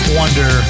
wonder